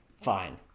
fine